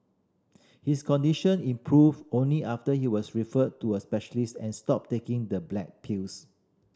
his condition improved only after he was referred to a specialist and stopped taking the black pills